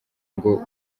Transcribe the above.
ngo